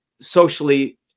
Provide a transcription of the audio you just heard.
socially